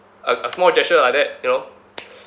a a small gesture like that you know